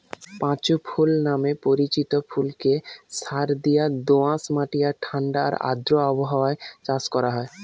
পাঁচু ফুল নামে পরিচিত ফুলকে সারদিয়া দোআঁশ মাটি আর ঠাণ্ডা আর আর্দ্র আবহাওয়ায় চাষ করা হয়